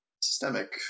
systemic